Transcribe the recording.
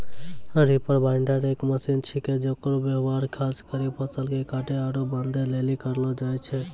reaper binder एक machine छिकै जेकर व्यवहार खास करी फसल के काटै आरू बांधै लेली करलो जाय छै